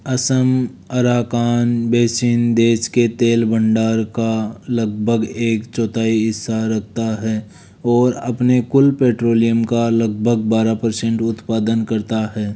Assam Arakan basin देश के तेल भंडार का लगभग एक चौथाई हिस्सा रखता है और अपने कुल पेट्रोलियम का लगभग बारह पर्सेन्ट उत्पादन करता है